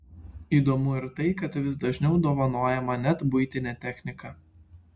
įdomu ir tai kad vis dažniau dovanojama net buitinė technika